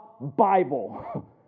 Bible